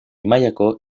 mailako